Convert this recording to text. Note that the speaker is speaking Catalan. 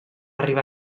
arribar